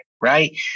Right